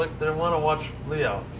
they want to watch leo.